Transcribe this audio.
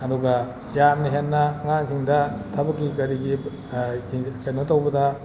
ꯑꯗꯨꯒ ꯌꯥꯝꯅ ꯍꯦꯟꯅ ꯑꯉꯥꯡꯁꯤꯡꯗ ꯊꯕꯛꯀꯤ ꯀꯔꯤꯒꯤ ꯀꯩꯅꯣ ꯇꯧꯕꯗ